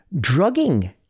drugging